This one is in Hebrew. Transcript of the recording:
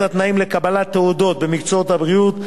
את התנאים לקבלת תעודות במקצועות הבריאות,